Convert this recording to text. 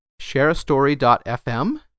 shareastory.fm